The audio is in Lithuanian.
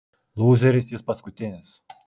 lūzeris jis paskutinis